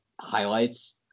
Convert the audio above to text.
highlights